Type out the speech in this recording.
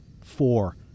four